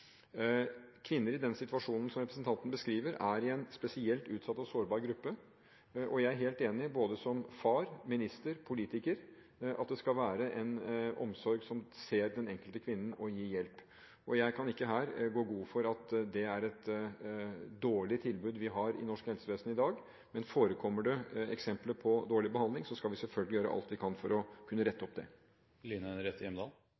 Kvinner i den situasjonen som representanten beskriver, er i en spesielt utsatt og sårbar gruppe, og jeg er helt enig i – både som far, minister, politiker – at det skal være en omsorg som ser den enkelte kvinnen og gir hjelp. Jeg kan ikke her gå god for at det er et dårlig tilbud vi har i norsk helsevesen i dag, men forekommer det eksempler på dårlig behandling, så skal vi selvfølgelig gjøre alt vi kan for å kunne